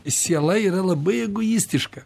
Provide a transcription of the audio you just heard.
siela yra labai egoistiška